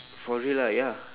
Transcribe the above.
for real lah ya